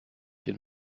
den